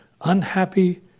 unhappy